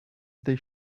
they